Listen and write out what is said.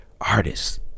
artists